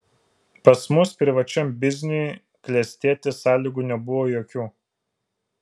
pas mus privačiam bizniui klestėti sąlygų nebuvo jokių